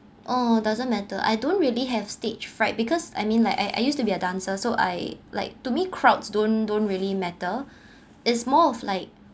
oh doesn't matter I don't really have stage fright because I mean like I I used to be a dancer so I like to me crowds don't don't really matter is more of like